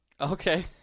Okay